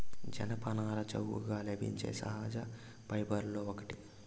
జనపనార చౌకగా లభించే సహజ ఫైబర్లలో ఒకటి